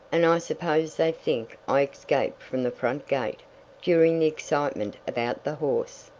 and i suppose they think i escaped from the front gate during the excitement about the horse.